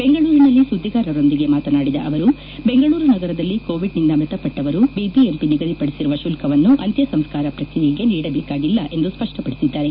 ಬೆಂಗಳೂರಿನಲ್ಲಿ ಸುದ್ದಿಗಾರರೊಂದಿಗೆ ಮಾತನಾಡಿದ ಅವರು ಬೆಂಗಳೂರು ನಗರದಲ್ಲಿ ಕೋವಿಡ್ನಿಂದ ಮೃತಪಟ್ವವರು ಬಿಬಿಎಂಪಿ ನಿಗದಿಪಡಿಸಿರುವ ಶುಲ್ಕವನ್ನು ಅಂತ್ಯಸಂಸ್ಕಾರ ಪ್ರಕ್ರಿಯೆಗೆ ನೀಡಬೇಕಾಗಿಲ್ಲ ಎಂದು ಸ್ವಡ್ವಪದಿಸಿದ್ದಾರೆ